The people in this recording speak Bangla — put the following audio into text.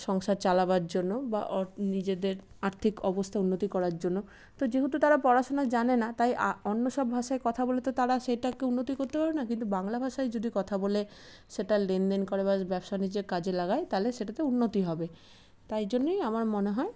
সংসার চালাবার জন্য বা নিজেদের আর্থিক অবস্থা উন্নতি করার জন্য তো যেহেতু তারা পড়াশোনা জানে না তাই অন্য সব ভাষায় কথা বললে তো তারা সেটাকে উন্নতি করতে পারবে না কিন্তু বাংলা ভাষায় যদি কথা বলে সেটা লেনদেন করে বা ব্যবসা বাণিজ্যের কাজে লাগায় তাহলে সেটাতে উন্নতি হবে তাই জন্যই আমার মনে হয়